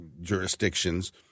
jurisdictions